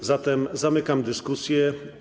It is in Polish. A zatem zamykam dyskusję.